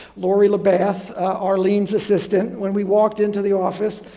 lori like beth arlene's assistant when we walked into the office,